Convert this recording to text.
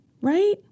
right